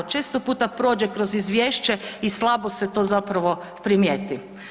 Često puta prođe kroz izvješće i slabo se to zapravo primijeti.